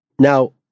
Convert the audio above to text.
Now